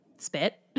spit